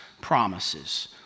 promises